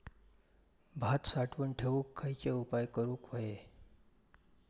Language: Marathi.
भात साठवून ठेवूक खयचे उपाय करूक व्हये?